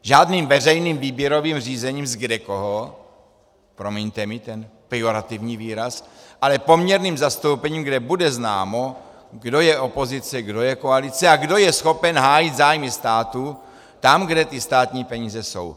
Žádným veřejným výběrovým řešením z kdekoho promiňte mi ten pejorativní výraz ale poměrným zastoupením, kde bude známo, kdo je opozice, kdo je koalice a kdo je schopen hájit zájmy státu tam, kde ty státní peníze jsou.